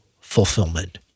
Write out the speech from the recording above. fulfillment